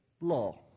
law